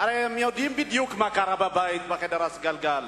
קרה בבית הלבן בחדר הסגלגל.